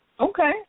Okay